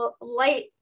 light